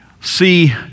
see